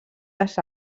les